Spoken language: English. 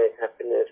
happiness